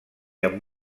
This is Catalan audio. amb